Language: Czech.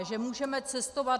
Že můžeme cestovat?